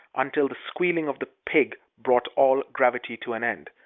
until the squealing of the pig brought all gravity to an end.